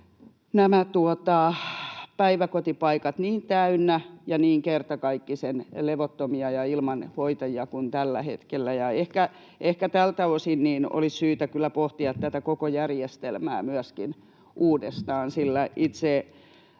nämä päiväkotipaikat niin täynnä ja niin kertakaikkisen levottomia ja ilman hoitajia kuin tällä hetkellä. Ehkä tältä osin olisi syytä kyllä pohtia myöskin tätä koko järjestelmää uudestaan,